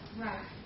Right